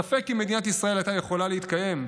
ספק אם מדינת ישראל הייתה יכולה להתקיים,